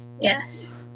Yes